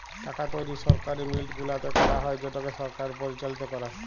টাকা তৈরি সরকারি মিল্ট গুলাতে ক্যারা হ্যয় যেটকে সরকার পরিচালিত ক্যরে